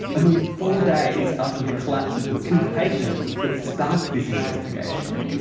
a mere four days after the collapse of the two patients that sparked this investigation.